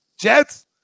Jets